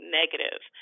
negative